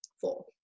Four